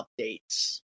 updates